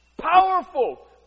Powerful